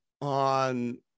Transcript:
on